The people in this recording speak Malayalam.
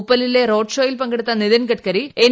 ഉപ്പലിലെ റോഡ്ഷോയിൽ പങ്കെടുത്ത നിതിൻ ഗഡ്കരി എൻ